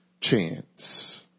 chance